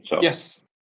Yes